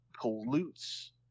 pollutes